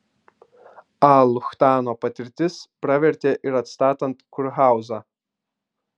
a luchtano patirtis pravertė ir atstatant kurhauzą